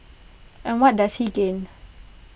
and what does he gain